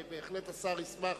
בהחלט השר ישמח